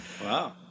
Wow